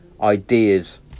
ideas